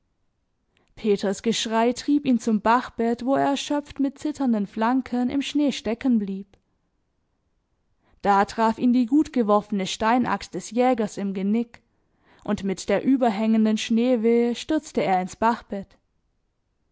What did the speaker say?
peters geschrei trieb ihn zum bachbett wo er erschöpft mit zitternden flanken im schnee steckenblieb da traf ihn die gutgeworfene steinaxt des jägers im genick und mit der überhängenden schneewehe stürzte er ins